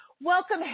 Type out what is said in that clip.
Welcome